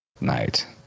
night